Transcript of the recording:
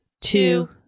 two